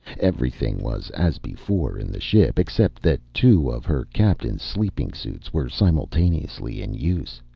everything was as before in the ship except that two of her captain's sleeping suits were simultaneously in use,